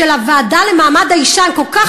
אתה יודע, אתם כל כך